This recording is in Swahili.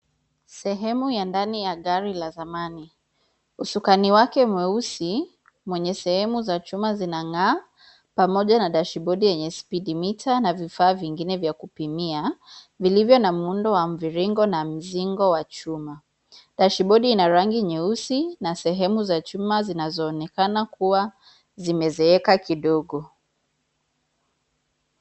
Sehemu ya ndani ya gari ya zamani, husukani wake mweusi mwenye sehemu za chuma zinang'aa pamoja na dashibodi yenye spidimita na vifaa vingine vya kupimia vilivyo na muundo wa mviringo na mzigo as chuma. Dashibodi ina rangi nyeusi na sehemu za chuma zinazoonekana kuwa zimezeeka kidogo.